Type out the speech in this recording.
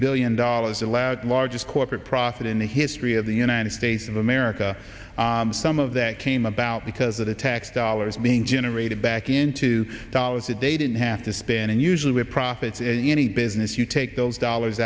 billion dollars allowed largest corporate profit in the history of the united states of america some of that came about because of the tax dollars being generated back in two dollars a day didn't have to spend and usually with profits in any business you take those dollars